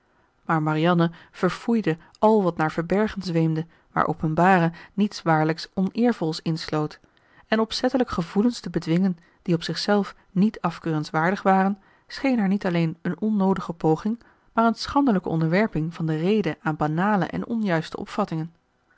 maar marianne verfoeide al wat naar verbergen zweemde waar openbaren niets waarlijk oneervols insloot en opzettelijk gevoelens te bedwingen die op zich zelf niet afkeurenswaardig waren scheen haar niet alleen een onnoodige poging maar een schandelijke onderwerping van de rede aan banale en onjuiste opvattingen